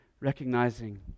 recognizing